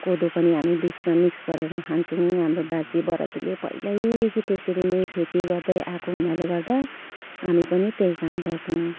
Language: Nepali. कोदो पनि हामी बिचमा मिक्स गरेर खान्छौँ हाम्रो बाजे बराजूले पहिल्यैदेखि त्यसरी नै खेती गर्दै आएको हुनाले गर्दा हामी पनि त्यही काम गर्छौँ